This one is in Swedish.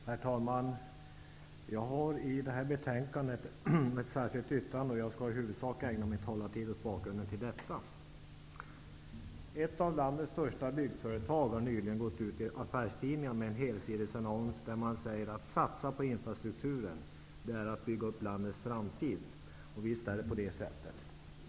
Herr talman! Jag har till detta betänkande fogat ett särskilt yttrande, och jag skall i huvudsak ägna min talartid åt bakgrunden till detta. Ett av landets största byggföretag har nyligen gått ut i affärstidningarna med en helsidesannons, där man säger: Att satsa på infrastrukturen är att bygga upp landets framtid. Visst är det på det viset.